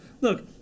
look